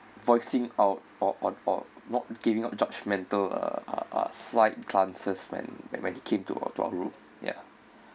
voicing out on or not giving up judgmental uh slight glances when when when he came to our to our room ya